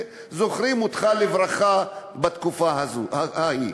הם זוכרים אותך לברכה בתקופה ההיא.